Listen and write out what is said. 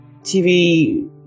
TV